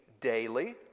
daily